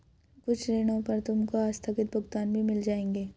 कुछ ऋणों पर तुमको आस्थगित भुगतान भी मिल जाएंगे